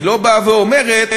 היא לא באה ואומרת: